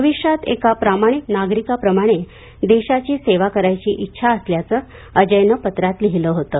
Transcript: भविष्यात एका प्रामाणिक नागरिकाप्रमाणे देशाची सेवा करायची इच्छा असल्याचं अजयनं पत्रात लिहिलं होतं